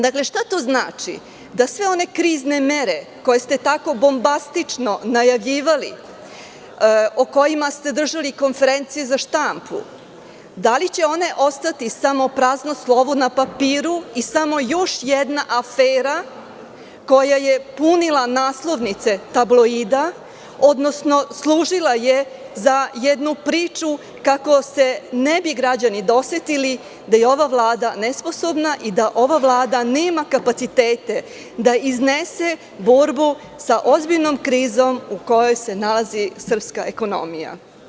Dakle, šta to znači da sve one krizne mere koje ste tako bombastično najavljivali, o kojima ste držali konferencije za štampu, da li će one ostati samo prazno slovo na papiru i samo još jedna afera koja je punila naslovnice tabloida, odnosno služila je za jednu priču kako se ne bi građani dosetili da je ova Vlada nesposobna i da ova Vlada nema kapacitete da iznese borbu sa ozbiljnom krizom u kojoj se nalazi srpska ekonomija?